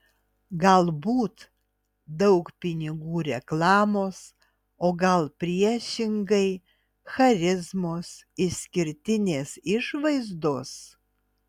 galbūt daug pinigų reklamos o gal priešingai charizmos išskirtinės išvaizdos